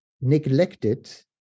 neglected